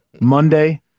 Monday